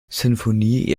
sinfonie